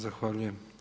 Zahvaljujem.